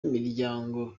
miryango